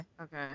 Okay